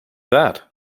that